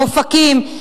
אופקים,